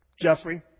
Jeffrey